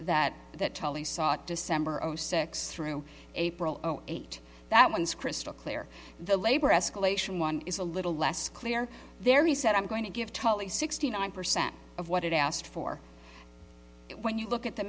that that tully saw at december of zero six through april of zero eight that one is crystal clear the labor escalation one is a little less clear there he said i'm going to give totally sixty nine percent of what it asked for when you look at the